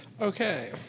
Okay